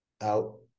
out